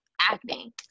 acting